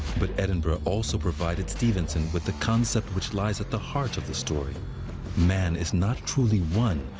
but edinburgh also provided stevenson with the concept which lies at the heart of the story man is not truly one,